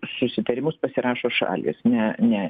susitarimus pasirašo šalys ne ne